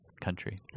country